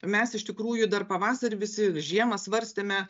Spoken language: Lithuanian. mes iš tikrųjų dar pavasarį visi žiemą svarstėme